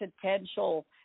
potential